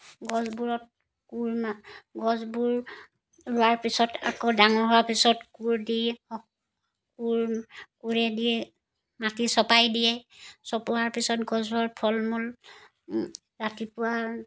গছবোৰত কোৰ মা গছবোৰ ৰোৱাৰ পিছত আকৌ ডাঙৰ হোৱাৰ পিছত কোৰ দি কোৰ কোৰেদিয়ে মাটি চপাই দিয়ে চপোৱাৰ পিছত গছৰ ফল মূল ৰাতিপুৱা